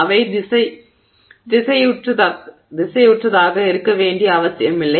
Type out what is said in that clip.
அவை திசையுற்றதாக இருக்கவேண்டிய அவசியம் இல்லை